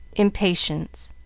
impatience.